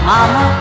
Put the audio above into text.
Mama